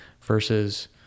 versus